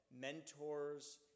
mentors